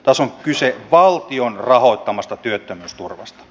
tässä on kyse valtion rahoittamasta työttömyysturvasta